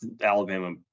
Alabama